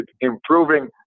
improving –